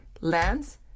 lands